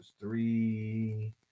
three